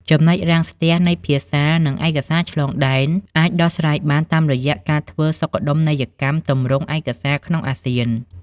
ចំណុចរាំងស្ទះនៃ "ភាសា និងឯកសារឆ្លងដែន" អាចដោះស្រាយបានតាមរយៈការធ្វើសុខដុមនីយកម្មទម្រង់ឯកសារក្នុងអាស៊ាន។